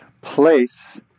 place